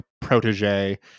protege